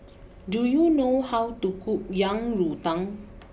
do you know how to cook Yang Rou Tang